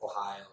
Ohio